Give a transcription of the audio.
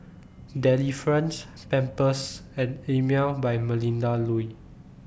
Delifrance Pampers and Emel By Melinda Looi